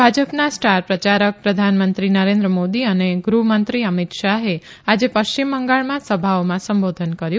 ભાજપના સ્ટાર પ્રચારક પ્રધાનમંત્રી નરેન્દ્ર મોદી અને ગૃહમંત્રી અમિત શાહે આજે પશ્ચિમ બંગાળમાં સભાઓમાં સંબોધન કર્યું